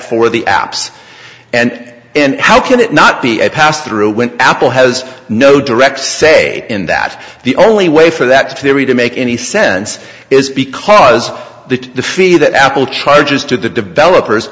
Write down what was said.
for the apps and and how can it not be a pass through when apple has no direct say in that the only way for that theory to make any sense is because the fee that apple charges to the developers